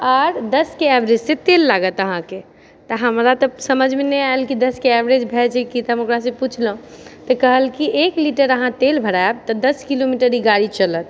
आर दशके एवरेज से तेल लागत अहाँकेँ तऽ हमरा तऽ समझमे नहि आएल कि दशके एवरेज भए जाइत छै की तऽ हम ओकरा से पुछलहुँ तऽ कहल की एक लीटर अहाँ तेल भराएब तऽ दश किलोमीटर ई गाड़ी चलत